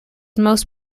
most